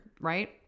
right